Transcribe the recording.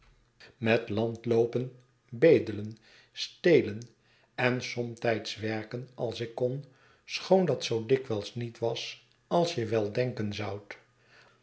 met landloopen bedelen stelen en somtijds werken als ik kon schoon dat zoo dikwijls niet was als je wel denken zoudt